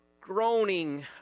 groaning